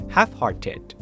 Half-hearted